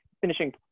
finishing